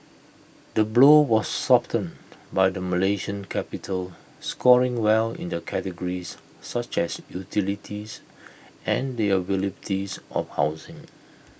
the blow was softened by the Malaysian capital scoring well in the categories such as utilities and the availability's of housing